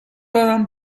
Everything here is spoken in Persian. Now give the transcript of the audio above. دارم